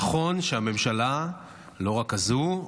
נכון שהממשלה, לא רק זו,